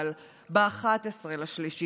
אבל ב-11 במרץ,